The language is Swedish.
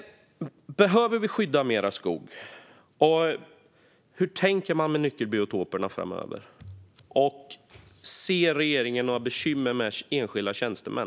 Behöver vi skydda mer skog? Hur tänker man med nyckelbiotoperna framöver? Ser regeringen några bekymmer med enskilda tjänstemän?